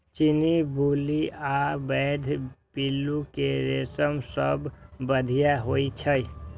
चीनी, बुलू आ पैघ पिल्लू के रेशम सबसं बढ़िया होइ छै